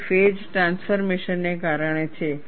તે phase transformation ને કારણે છે